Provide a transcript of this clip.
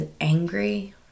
angry